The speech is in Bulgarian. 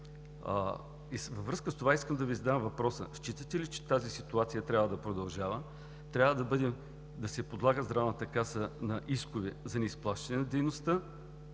Във връзка с това искам да Ви задам въпроса: считате ли, че тази ситуация трябва да продължава? Трябва ли да се подлага Здравната каса на искове за неизплащане на дейността